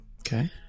Okay